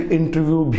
interview